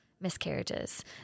miscarriages